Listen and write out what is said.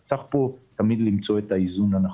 אז צריך פה תמיד למצוא את האיזון הנכון.